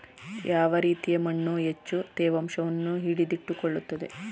ಯಾವ ರೀತಿಯ ಮಣ್ಣು ಹೆಚ್ಚು ತೇವಾಂಶವನ್ನು ಹಿಡಿದಿಟ್ಟುಕೊಳ್ಳುತ್ತದೆ?